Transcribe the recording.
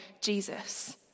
Jesus